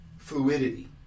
fluidity